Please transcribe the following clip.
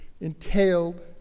entailed